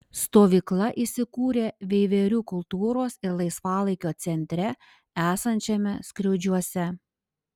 stovykla įsikūrė veiverių kultūros ir laisvalaikio centre esančiame skriaudžiuose